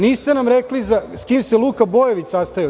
Niste nam rekli s kim se Luka Bojović sastajao.